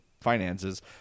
finances